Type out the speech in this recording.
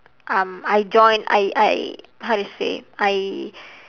um I join I I I say I